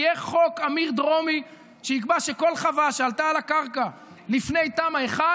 יהיה חוק אמיר דרומי שיקבע שכל חווה שעלתה על הקרקע לפני תמ"א 1,